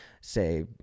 say